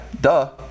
duh